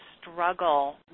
struggle